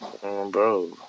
Bro